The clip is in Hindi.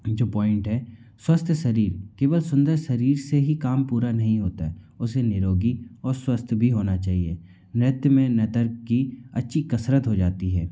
जो प्वाइंट है स्वस्थ शरीर केवल सुंदर शरीर से ही काम पूरा नहीं होता है उसे निरोगी और स्वस्थ भी होना चाहिए नृत्य में नृत्यक की अच्छी कसरत हो जाती है